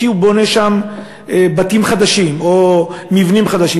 כי הוא בונה שם בתים חדשים או מבנים חדשים.